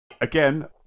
again